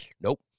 nope